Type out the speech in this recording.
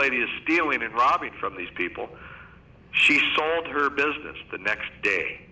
lady is stealing and robbing from these people she sold her business the next day